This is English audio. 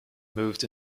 moved